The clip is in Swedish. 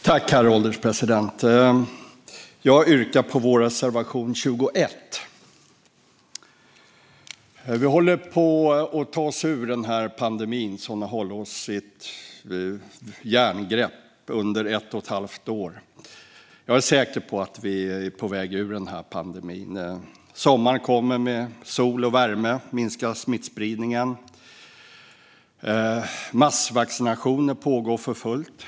Herr ålderspresident! Jag yrkar bifall till Sverigedemokraternas reservation 21. Vi håller på att ta oss ur den pandemi som har hållit oss i ett järngrepp under ett och ett halvt år. Jag är säker på att vi nu är på väg ur den. Sommaren kommer med sol och värme och minskar smittspridningen. Massvaccinationer pågår för fullt.